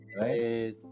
right